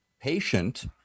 patient